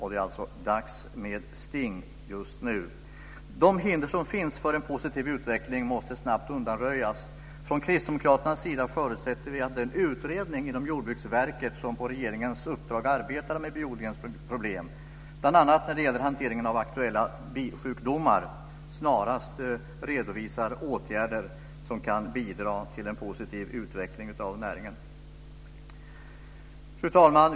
Det är alltså dags för sting just nu. De hinder som finns för en positiv utveckling måste snabbt undanröjas. Från kristdemokraternas sida förutsätter vi att den utredning inom Jordbruksverket som på regeringens uppdrag arbetar med biodlingens problem bl.a. när det gäller hanteringen av aktuella bisjukdomar snarast redovisar åtgärder som kan bidra till en positiv utveckling av näringen. Fru talman!